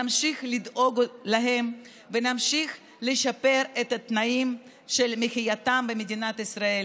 נמשיך לדאוג להם ונמשיך לשפר את תנאי המחיה שלהם במדינת ישראל.